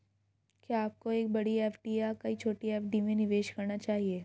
क्या आपको एक बड़ी एफ.डी या कई छोटी एफ.डी में निवेश करना चाहिए?